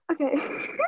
Okay